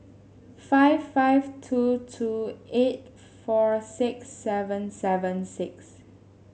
five five two two eight four six seven seven six